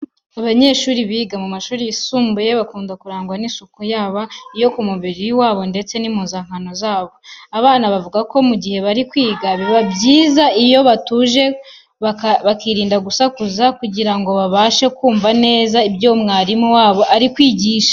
Abanyeshuri biga mu mashuri yisumbuye bakunda kurangwa n'isuku yaba iyo ku mubiri wabo ndetse n'iy'impuzankano zabo. Aba bana bavuga ko mu gihe bari kwiga, biba byiza iyo batuje bakirinda gusakuza kugira ngo babashe kumva neza ibyo mwarimu wabo ari kwigisha.